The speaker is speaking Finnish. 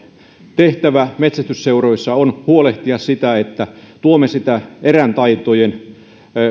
tehtävämme metsästysseuroissa on huolehtia siitä että tuomme sitä erätaitojen